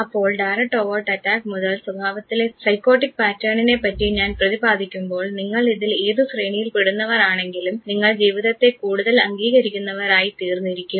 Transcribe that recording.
അപ്പോൾ direct overt attack മുതൽ സ്വഭാവത്തിലെ സൈക്കോട്ടിക് പാറ്റേണിനെ പറ്റി ഞാൻ പ്രതിപാദിക്കുമ്പോൾ നിങ്ങൾ ഇതിൽ ഏതു ശ്രേണിയിൽ പെടുന്നവർ ആണെങ്കിലും നിങ്ങൾ ജീവിതത്തെ കൂടുതൽ അംഗീകരിക്കുന്നവർ ആയി തീർന്നിരിക്കും